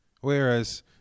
Whereas